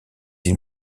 îles